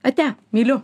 ate myliu